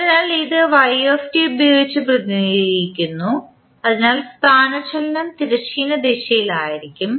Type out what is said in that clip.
അതിനാൽ ഇത് ഉപയോഗിച്ച് പ്രതിനിധീകരിക്കുന്നു അതിനാൽ സ്ഥാനചലനം തിരശ്ചീന ദിശയിലായിരിക്കും